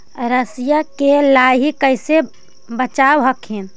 राईया के लाहि कैसे बचाब हखिन?